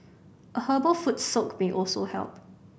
a herbal foot soak may also help